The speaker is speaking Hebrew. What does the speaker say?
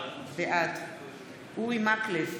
בעד אורי מקלב,